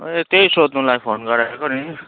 ए त्यही सोध्नुलाई फोन गरेको नि